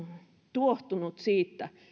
tuohtunut siitä